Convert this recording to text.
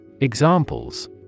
Examples